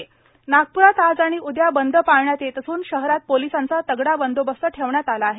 नागपूर बंद नागप्रात आज आणि उदया बंद पाळण्यात येत असून शहरात पोलिसांचा तगड़ा बंदोबस्त ठेवण्यात आला आहे